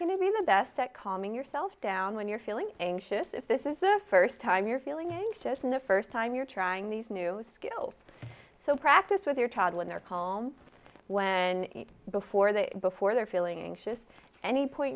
going to be the best at calming yourself down when you're feeling anxious if this is the first time you're feeling anxious in the first time you're trying these new skills so practice with your child when they're calm when before they before they're feeling anxious any point